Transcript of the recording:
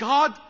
God